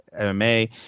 mma